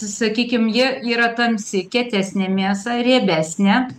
sakykim ji yra tamsi kietesnė mėsa riebesnė